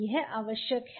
यह आवश्यक है